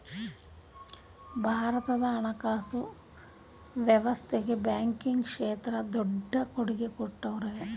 ಭಾರತದ ಹಣಕಾಸು ವ್ಯವಸ್ಥೆಗೆ ಬ್ಯಾಂಕಿಂಗ್ ಕ್ಷೇತ್ರ ದೊಡ್ಡ ಕೊಡುಗೆ ಕೊಟ್ಟವ್ರೆ